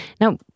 Now